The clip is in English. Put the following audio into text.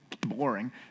boring